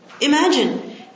Imagine